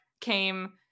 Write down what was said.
came